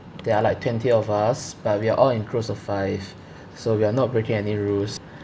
there are like twenty of us but we are all in groups of five so we are not breaking any rules